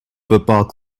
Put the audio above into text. football